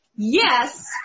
Yes